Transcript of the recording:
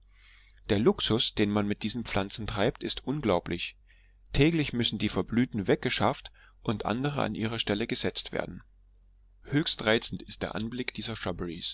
der luxus den man mit diesen pflanzen treibt ist unglaublich täglich müssen die verblühten hinweggeschafft und andere an ihre stelle gesetzt werden höchst reizend ist der anblick dieser